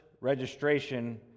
registration